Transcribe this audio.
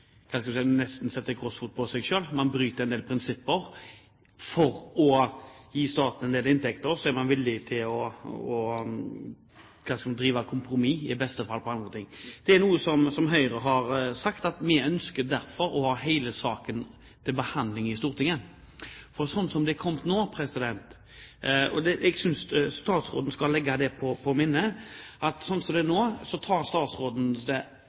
nesten krossfot på seg selv. Man bryter en del prinsipper. For å gi staten en del inntekter er man villig til å inngå kompromiss, i beste fall, på andre ting. Høyre har derfor sagt at vi ønsker å få hele saken til behandling i Stortinget. Jeg synes statsråden skal legge seg på minne at slik det er nå, tar statsråden de forslagene han liker til enhver tid, eller hver dag – det